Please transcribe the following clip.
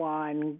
one